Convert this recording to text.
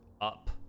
up